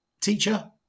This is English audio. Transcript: teacher